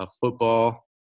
football